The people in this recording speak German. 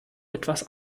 etwas